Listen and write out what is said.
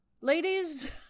ladies